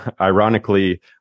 ironically